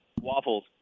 Waffles